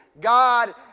God